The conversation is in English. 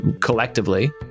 collectively